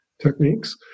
techniques